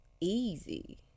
easy